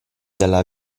dalla